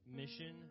mission